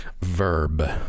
Verb